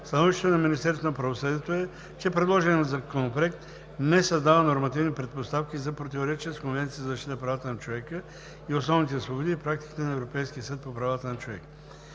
Становището на Министерството на правосъдието е, че предложеният законопроект не създава нормативни предпоставки за противоречие с Конвенцията за защита правата на човека и основните свободи и практиката на Европейския съд по правата на човека.